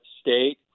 state